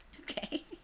Okay